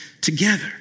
together